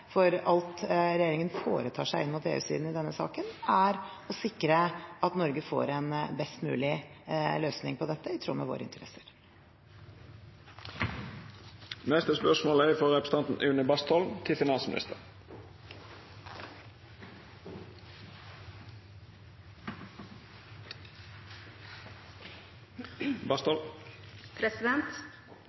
for alt regjeringen foretar seg inn mot EU-siden i denne saken, er å sikre at Norge får en best mulig løsning på dette i tråd med våre